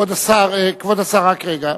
כבוד השר, רק רגע.